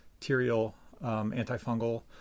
antifungal